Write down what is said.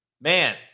man